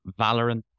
Valorant